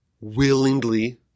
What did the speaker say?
willingly